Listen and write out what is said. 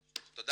תודה.